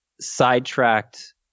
sidetracked